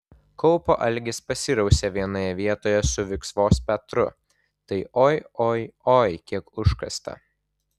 kaupo algis pasirausė vienoje vietoje su viksvos petru tai oi oi oi kiek užkasta